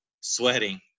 sweating